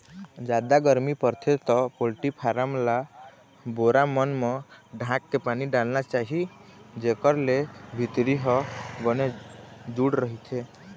जादा गरमी परथे त पोल्टी फारम ल बोरा मन म ढांक के पानी डालना चाही जेखर ले भीतरी ह बने जूड़ रहिथे